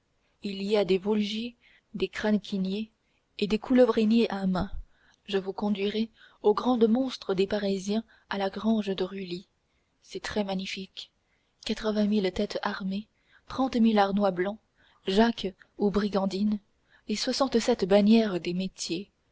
il y a des voulgiers des cranequiniers et des coulevriniers à main je vous conduirai aux grandes monstres des parisiens à la grange de rully c'est très magnifique quatre-vingt mille têtes armées trente mille harnois blancs jaques ou brigandines les soixante-sept bannières des métiers